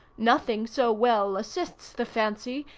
nothing so well assists the fancy,